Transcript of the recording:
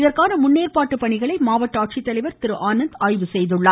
இதற்கான முன்னேற்பாட்டு பணிகளை மாவட்ட ஆட்சித்தலைவர் திரு டி ஆனந்த் ஆய்வு செய்தார்